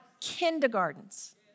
kindergartens